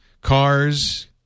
cars